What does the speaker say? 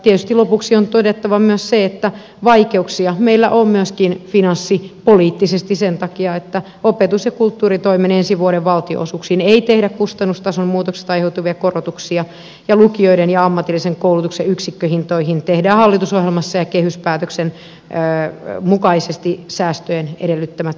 tietysti lopuksi on todettava myös se että vaikeuksia meillä on myöskin finanssipoliittisesti sen takia että opetus ja kulttuuritoimen ensi vuoden valtionosuuksiin ei tehdä kustannustason muutoksista aiheutuvia korotuksia ja lukioiden ja ammatillisen koulutuksen yksikköhintoihin tehdään hallitusohjelmassa ja kehyspäätöksen mukaisesti säästöjen edellyttämät pienennykset